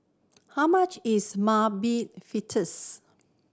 how much is Mung Bean Fritters